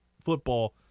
football